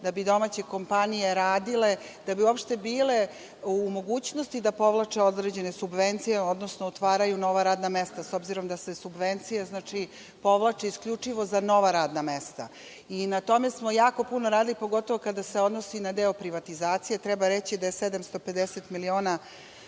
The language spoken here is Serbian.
da bi domaće kompanije radile, da bi uopšte bile u mogućnosti da povlače određene subvencije, odnosno otvaraju nova radna mesta, s obzirom da se subvencije povlače isključivo za nova radna mesta.I na tome smo jako puno radili, pogotovo kada se odnosi na deo privatizacije. Treba reći da je 750 miliona